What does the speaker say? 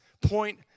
point